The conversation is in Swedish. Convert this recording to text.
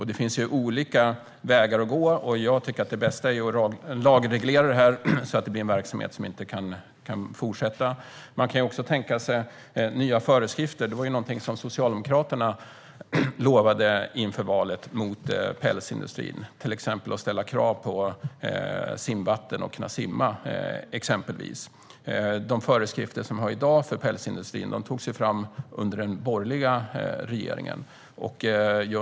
Det finns olika vägar att gå. Jag tycker att det bästa är att lagreglera det så att det blir en verksamhet som inte kan fortsätta. Man kan också tänka sig nya föreskrifter. Det var någonting som Socialdemokraterna lovade mot pälsindustrin inför valet. Det kan exempelvis vara att ställa krav på simvatten och att djuren ska kunna simma. De föreskrifter vi har i dag för pälsindustrin togs fram under den borgerliga regeringen.